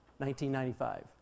1995